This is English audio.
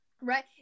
right